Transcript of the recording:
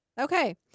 okay